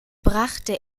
brachte